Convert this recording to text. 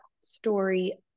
story